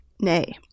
Nay